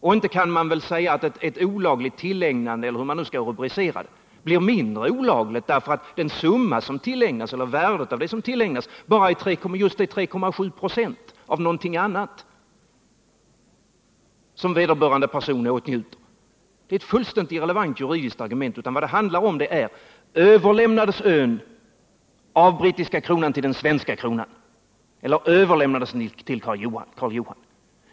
Och inte kan man väl säga att ett olagligt tillägnande — eller hur det nu skall rubriceras — blir mindre olagligt därför att värdet av det som tillägnas bara är 3,7 26 av någonting annat, som vederbörande person åtnjuter? Det är ett fullständigt irrelevant juridiskt argument. Vad det handlar om är: Överlämnades ön av brittiska kronan till den svenska kronan eller till Karl Johan?